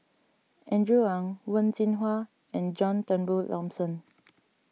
Andrew Ang Wen Jinhua and John Turnbull Thomson